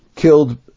killed